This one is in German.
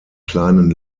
kleinen